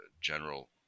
general